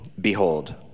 behold